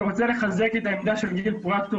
אני רוצה לחזק את העמדה של גיל פרואקטור